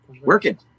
Working